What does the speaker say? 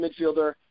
midfielder